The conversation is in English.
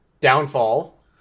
Downfall